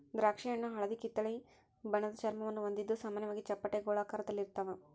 ದ್ರಾಕ್ಷಿಹಣ್ಣು ಹಳದಿಕಿತ್ತಳೆ ಬಣ್ಣದ ಚರ್ಮವನ್ನು ಹೊಂದಿದ್ದು ಸಾಮಾನ್ಯವಾಗಿ ಚಪ್ಪಟೆ ಗೋಳಾಕಾರದಲ್ಲಿರ್ತಾವ